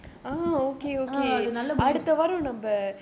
uh அதுனால:athunaala